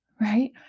right